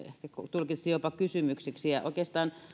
tulkitsin jopa kysymyksiksi ja oikeastaan